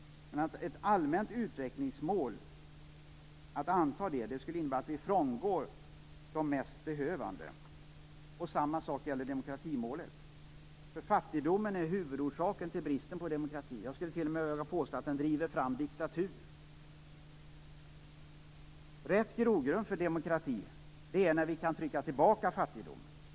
Men att anta ett allmänt utvecklingsmål skulle innebära att vi frångick de mest behövande. Samma sak gäller demokratimålet, för fattigdomen är huvudorsaken just till bristen på demokrati. Jag skulle t.o.m. våga mig på att påstå att fattigdom driver fram diktatur. Rätta grogrunden för demokratin finns när vi kan trycka tillbaka fattigdomen.